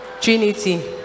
Trinity